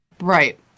Right